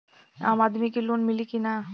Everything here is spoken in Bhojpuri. आम आदमी के लोन मिली कि ना?